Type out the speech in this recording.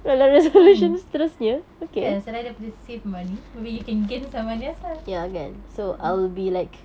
mmhmm kan selain daripada save money maybe you can gain some money as well mm mm